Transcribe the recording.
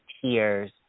tears